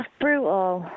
brutal